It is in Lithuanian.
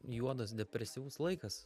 juodas depresyvus laikas